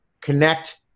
connect